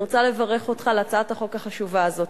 אני רוצה לברך אותך על הצעת החוק החשובה הזאת.